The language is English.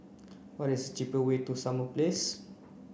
what is cheaper way to Summer Place